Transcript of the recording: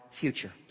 future